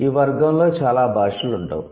ఈ వర్గంలో చాలా భాషలు ఉండవు